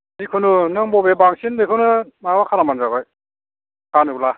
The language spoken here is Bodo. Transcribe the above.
जिकुनु नों बबे बांसिन बेखौनो माबा खालामबानो जाबाय फानोब्ला